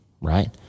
right